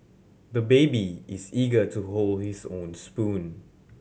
the baby is eager to hold his own spoon